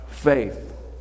faith